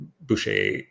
Boucher